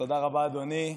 תודה רבה, אדוני.